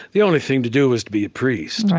the only thing to do was to be a priest.